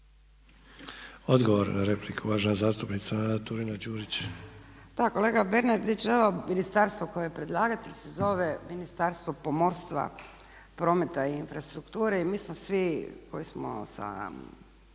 Odgovor na repliku, uvažena zastupnica Nada Turina-Đurić.